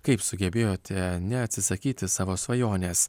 kaip sugebėjote neatsisakyti savo svajonės